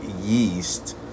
yeast